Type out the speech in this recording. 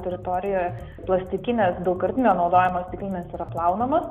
teritorijoje plastikinės daugkartinio naudojimo stiklinės yra plaunamos